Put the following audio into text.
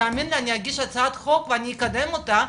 תאמין לי אני אגיש הצעת חוק ואני יקדם אותה,